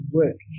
work